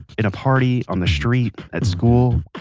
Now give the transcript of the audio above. in a party, on the street, at school.